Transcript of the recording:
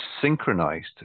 synchronized